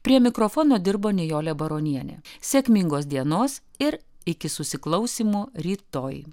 prie mikrofono dirbo nijolė baronienė sėkmingos dienos ir iki susiklausymo rytoj